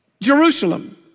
Jerusalem